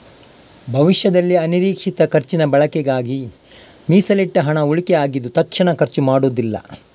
ಭವಿಷ್ಯದಲ್ಲಿ ಅನಿರೀಕ್ಷಿತ ಖರ್ಚಿನ ಬಳಕೆಗಾಗಿ ಮೀಸಲಿಟ್ಟ ಹಣ ಉಳಿಕೆ ಆಗಿದ್ದು ತಕ್ಷಣ ಖರ್ಚು ಮಾಡುದಿಲ್ಲ